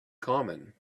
common